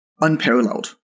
unparalleled